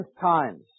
times